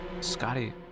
Scotty